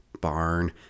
barn